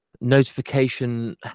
notification